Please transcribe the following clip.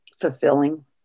fulfilling